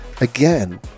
again